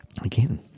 Again